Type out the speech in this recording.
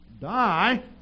die